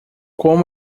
como